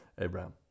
Abraham